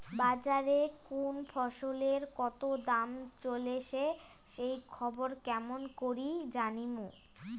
বাজারে কুন ফসলের কতো দাম চলেসে সেই খবর কেমন করি জানীমু?